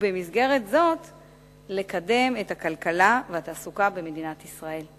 ובמסגרת זו לקדם את הכלכלה ואת התעסוקה במדינת ישראל.